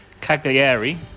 Cagliari